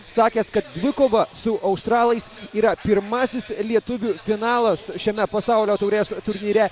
sakęs kad dvikova su australais yra pirmasis lietuvių finalas šiame pasaulio taurės turnyre